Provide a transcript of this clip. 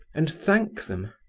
and thank them.